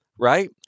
right